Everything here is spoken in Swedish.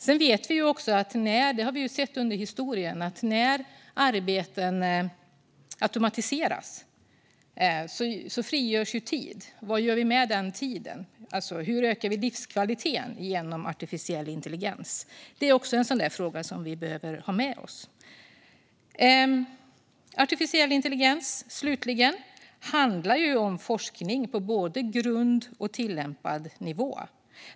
Sedan vet vi att det frigörs tid när arbeten automatiseras - det har vi sett genom historien. Vad gör vi med den tiden? Hur ökar vi livskvaliteten genom artificiell intelligens? Det är också frågor som vi behöver ha med oss. Artificiell intelligens, slutligen, handlar om forskning på både grundnivå och tillämpad nivå.